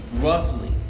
Roughly